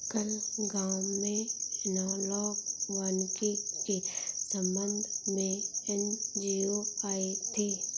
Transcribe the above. कल गांव में एनालॉग वानिकी के संबंध में एन.जी.ओ आई थी